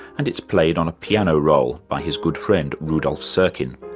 and it's played on a piano roll by his good friend rudolf serkin.